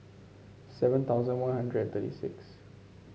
seven thousand One Hundred and thirty six